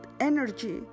energy